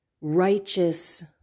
righteous